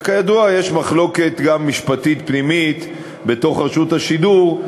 וכידוע יש גם מחלוקת משפטית פנימית בתוך רשות השידור,